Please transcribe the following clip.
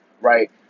Right